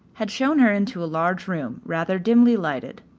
had shown her into a large room, rather dimly lighted.